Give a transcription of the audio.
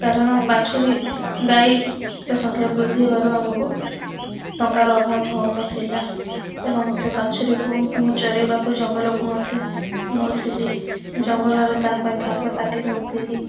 କାରଣ ବାଛୁରୀ ଗାଈର ସଂଖ୍ୟା ବୃଦ୍ଧି ହେବାରୁ ଆମକୁ ଟଙ୍କାର ଅଭାବ ହେଉନଥିଲା ଏବଂ ସେ ବାଛୁରୀକୁ ମୁଁ ଚରାଇବାକୁ ଜଙ୍ଗଲକୁ ମଧ୍ୟ ନେଉଥିଲି ଜଙ୍ଗଲରେ ତା'ପାଇଁ ଘାସ କାଟି ଦେଉଥିଲି